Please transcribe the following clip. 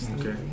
Okay